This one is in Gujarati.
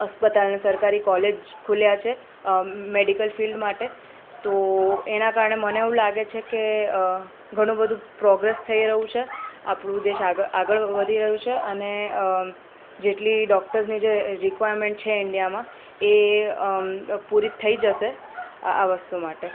અસ્પતાલ સરકારી કોલેજ ખોલ્યા છે મેડિકલ ફિલ્ડ માટે તો એનાં કારણે મને એવું લાગે છે કે ઘણું બધું પ્રોગ્રેસ થઈ રહ્યું છે આપણું દેશ આગ આગળ વધી રહ્યું છે અને જેટલી ડોક્ટર્સની જે રિક્વાયરમેન્ટ છે ઇન્ડિયામાં એ પૂરી થઈ જશે આ વસ્તુ માટે